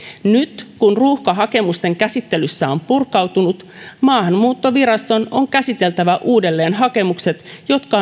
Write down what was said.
nyt kun ruuhka hakemusten käsittelyssä on purkautunut maahanmuuttoviraston on käsiteltävä uudelleen hakemukset jotka